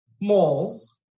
malls